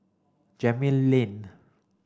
Gemmill Lane